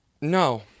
No